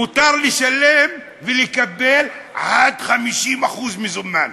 מותר לשלם ולקבל עד 50% במזומן.